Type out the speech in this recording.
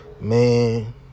Man